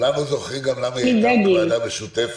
כולנו זוכרים גם למה היא הייתה ועדה משותפת,